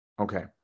Okay